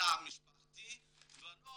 התא המשפחתי ולא